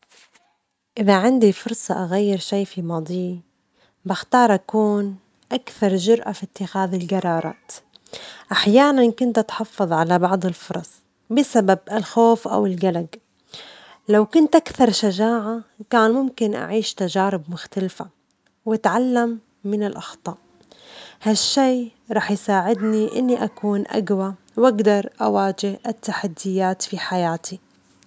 إذا عندي فرصة أغير شيء في ماضي، بختار أكون أكثر جرأة في اتخاذ الجرارات، أحياناً كنت أتحفظ على بعض الفرص بسبب الخوف أو الجلج، لو كنت أكثر شجاعة كان ممكن أعيش تجارب وأتعلم من الأخطاء، هالشيء رح يساعدني أني أكون أجوى وأجدر أواجه التحديات في حياتي.